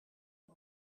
zij